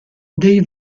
dei